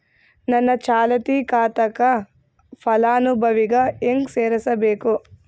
ನನ್ನ ಚಾಲತಿ ಖಾತಾಕ ಫಲಾನುಭವಿಗ ಹೆಂಗ್ ಸೇರಸಬೇಕು?